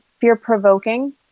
fear-provoking